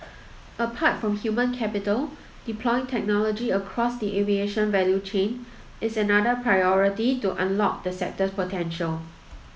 apart from human capital deploying technology across the aviation value chain is another priority to unlock the sector's potential